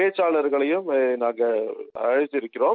பேச்சாளர்களையும் நாங்க அழைச்சிருக்கிறோம்